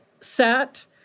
sat